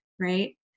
right